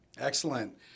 Excellent